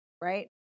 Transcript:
right